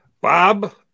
Bob